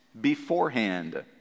beforehand